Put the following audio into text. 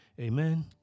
Amen